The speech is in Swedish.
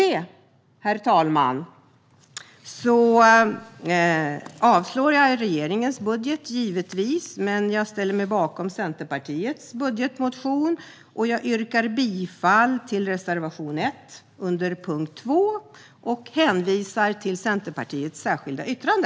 Jag yrkar, givetvis, avslag på regeringens budget men ställer mig bakom Centerpartiets budgetmotion. Jag yrkar bifall till reservation 1 under punkt 2 och hänvisar till Centerpartiets särskilda yttrande.